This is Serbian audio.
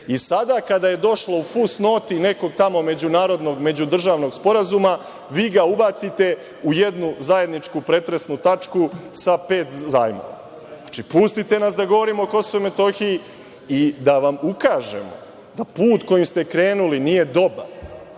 Sada kada je došlo u fusnoti nekog tamo međunarodnog, međudržavnog sporazuma, vi ga ubacite u jednu zajedničku pretresnu tačku sa pet zajmova. Znači, pustite nas da govorimo o KiM i da put kojim ste krenuli nije dobar,